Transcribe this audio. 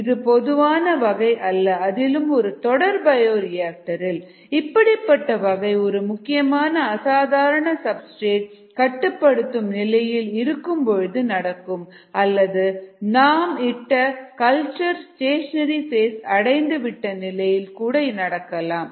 இது பொதுவான வகை அல்ல அதிலும் ஒரு தொடர் பயோரிஆக்டரில் இப்படிப்பட்ட வகை ஒரு முக்கியமான அசாதாரண சப்ஸ்டிரேட் கட்டுப்படுத்தும் நிலையில் இருக்கும் பொழுது நடக்கும் அல்லது நாம் இட்ட கல்ச்சர் ஸ்டேஷனரி பேஸ் அடைந்துவிட்ட நிலையில் இது நடக்கலாம்